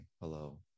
Hello